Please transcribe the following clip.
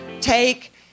Take